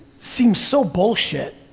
seems so bullshit.